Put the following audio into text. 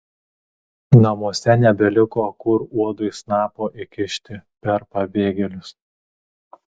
namuose nebeliko kur uodui snapo įkišti per pabėgėlius